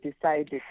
decided